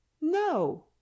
no